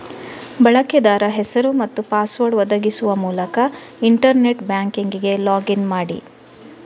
ಬಳಕೆದಾರ ಹೆಸರು ಮತ್ತು ಪಾಸ್ವರ್ಡ್ ಒದಗಿಸುವ ಮೂಲಕ ಇಂಟರ್ನೆಟ್ ಬ್ಯಾಂಕಿಂಗಿಗೆ ಲಾಗ್ ಇನ್ ಮಾಡಿ